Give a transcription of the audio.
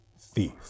thief